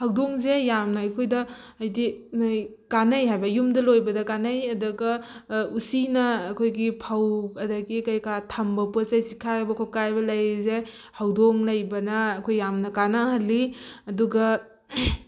ꯍꯧꯗꯣꯡꯁꯦ ꯌꯥꯝꯅ ꯑꯩꯈꯣꯏꯗ ꯍꯥꯏꯗꯤ ꯀꯥꯟꯅꯩ ꯍꯥꯏꯕ ꯌꯨꯝꯗ ꯂꯣꯏꯕꯗ ꯀꯥꯟꯅꯩ ꯑꯗꯨꯒ ꯎꯆꯤꯅ ꯑꯩꯈꯣꯏꯒꯤ ꯐꯧ ꯑꯗꯒꯤ ꯀꯩꯀꯥ ꯊꯝꯕ ꯄꯣꯠꯆꯩ ꯆꯤꯛꯈꯥꯏꯕ ꯈꯣꯠꯀꯥꯏꯕ ꯂꯩꯔꯤꯁꯦ ꯍꯧꯗꯣꯡ ꯂꯩꯕꯅ ꯑꯩꯈꯣꯏ ꯌꯥꯝꯅ ꯀꯥꯅꯍꯜꯂꯤ ꯑꯗꯨꯒ